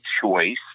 choice